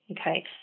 Okay